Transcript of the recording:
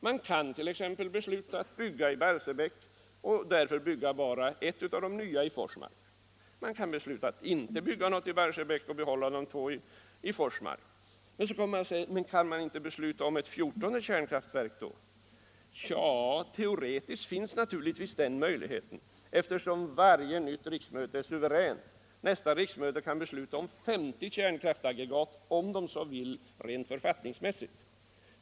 Den kan t.ex. besluta att bygga i Barsebäck och placera bara ett av de nya aggregaten i Forsmark. Den kan besluta att inte bygga något i Barsebäck utan behålla de två aggregaten i Forsmark. Man frågar: Kan vi då inte besluta om ett fjortonde kärnkraftverk? Jo, teoretiskt finns naturligtvis den möjligheten, eftersom varje nytt riksmöte är suveränt. Nästa riksmöte kan rent författningsmässigt besluta om 50 kärnkraftsaggregat, om det så vill.